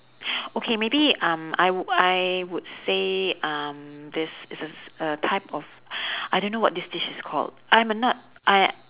okay maybe um I I would say um this this is a type of I don't what this dish is called I'm a not I